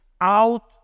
out